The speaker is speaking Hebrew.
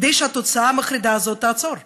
כדי שהתוצאה המחרידה הזאת תעצור.